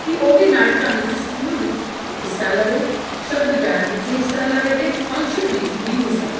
ਕਿ ਉਹ ਵੀ ਨਾਟਕਾਂ ਵਿੱਚ ਸਕੂਲ ਵਿੱਚ ਹਿੱਸਾ ਲਵੇ ਸ਼ਬਦ ਗਾਇਨ ਵਿੱਚ ਹਿੱਸਾ ਲਵੇ ਅਤੇ ਫੰਕਸ਼ਨ ਵਿੱਚ ਵੀ ਹਿੱਸਾ ਲਵੇ